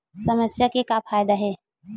समस्या के का फ़ायदा हे?